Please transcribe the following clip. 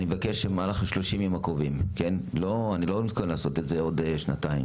שבמהלך 30 הימים הקרובים אני לא מתכוון לעשות את זה בעוד שנתיים